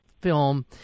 film